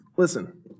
Listen